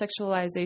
sexualization